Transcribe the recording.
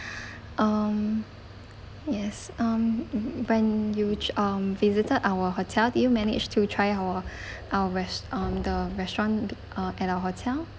um yes um when you um visited our hotel do you managed to try our our rest~ um the restaurant uh at our hotel